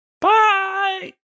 Bye